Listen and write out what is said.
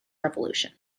revolution